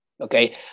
okay